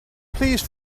please